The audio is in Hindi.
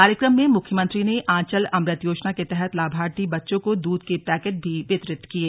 कार्यक्रम में मुख्यमंत्री ने आंचल अमृत योजना के तहत लाभार्थी बच्चों को दूध के पैकेट भी वितरित किये